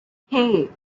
hey